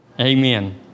Amen